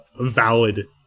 valid